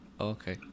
Okay